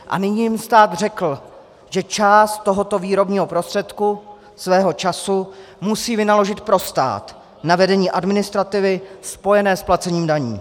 A nyní jim stát řekl, že část tohoto výrobního prostředku, svého času, musí vynaložit pro stát na vedení administrativy spojené s placením daní.